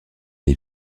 les